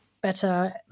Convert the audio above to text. better